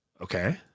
Okay